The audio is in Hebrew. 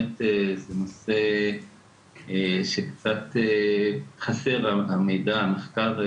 זה נושא שקצת חסר עליו מידע ומחקר.